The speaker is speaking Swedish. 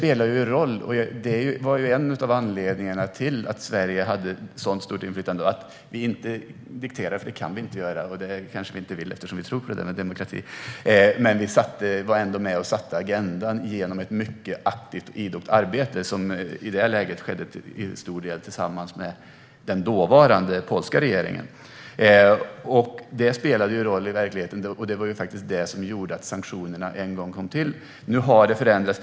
En av anledningarna till att Sverige hade ett så stort inflytande var att vi inte dikterade, för det kan vi inte och vill vi inte heller göra eftersom vi tror på demokrati. Men vi var ändå med och satte agendan genom ett mycket aktivt och idogt arbete som i det läget till stor del skedde tillsammans med den dåvarande polska regeringen. Det spelade roll i verkligheten, och det var faktiskt det som gjorde att sanktionerna en gång kom till. Nu har det förändrats.